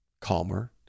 calmer